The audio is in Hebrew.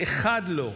אחד לא.